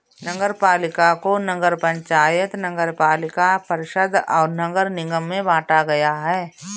नगरपालिका को नगर पंचायत, नगरपालिका परिषद और नगर निगम में बांटा गया है